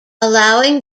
allowing